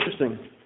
interesting